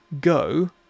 go